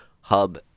hub